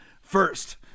first